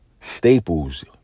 staples